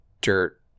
Dirt